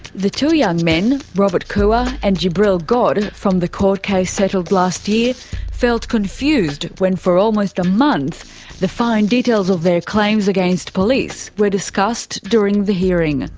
the two young men, robert koua and jibiril god, from the court case settled last year felt confused when for almost a month the fine details of their claims against police were discussed during the hearing.